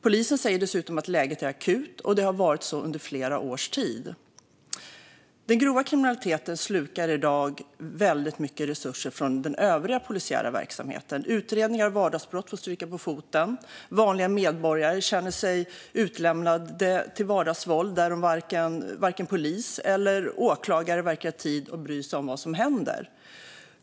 Polisen säger dessutom att läget är akut och har varit det under flera års tid. Den grova kriminaliteten slukar i dag väldigt mycket resurser från den övriga polisiära verksamheten. Utredningar om vardagsbrott får stryka på foten, och vanliga medborgare känner sig utlämnade till vardagsvåld som varken polis eller åklagare verkar ha tid att bry sig om.